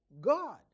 God